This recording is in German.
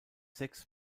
sechs